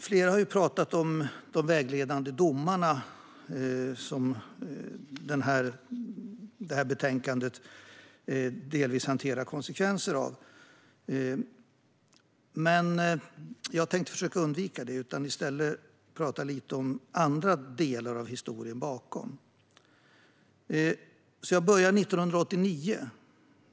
Flera har talat om de vägledande domar som det här betänkandet delvis hanterar konsekvenser av, men jag tänkte försöka undvika det och i stället prata lite om andra delar av historien bakom. Jag börjar 1989.